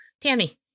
Tammy